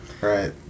right